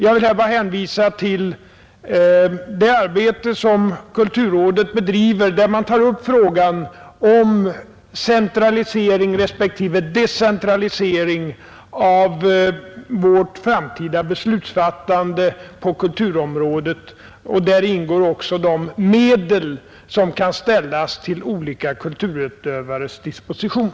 Jag vill här bara hänvisa till det arbete som kulturrådet bedriver, där man tar upp frågan om centralisering respektive decentralisering av vårt framtida beslutsfattande på kulturområdet. Däri ingår också de medel som kan ställas till olika kulturutövares disposition.